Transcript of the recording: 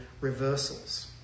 reversals